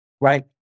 right